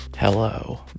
Hello